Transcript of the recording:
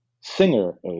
singer